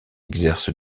exerce